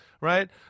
right